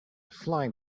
flying